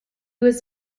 was